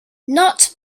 not